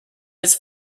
his